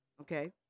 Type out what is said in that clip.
Okay